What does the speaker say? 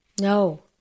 no